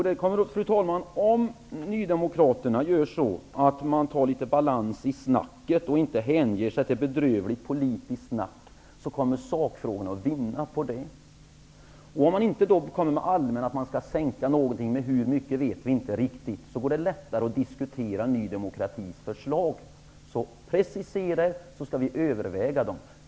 Fru talman! Om nydemokraterna tar litet balans i snacket och inte hänger sig åt bedrövligt politiskt snack, kommer sakfrågorna att vinna på det. Om man då inte kommer med allmänna påståenden om att man skall sänka någonting, med hur mycket vet man inte riktigt, går det lättare att diskutera Ny demokratis förslag. Precisera er, så skall vi överväga dem!